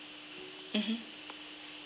mmhmm